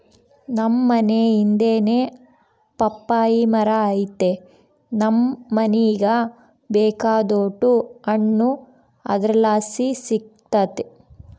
ನಮ್ ಮನೇ ಹಿಂದೆನೇ ಪಪ್ಪಾಯಿ ಮರ ಐತೆ ನಮ್ ಮನೀಗ ಬೇಕಾದೋಟು ಹಣ್ಣು ಅದರ್ಲಾಸಿ ಸಿಕ್ತತೆ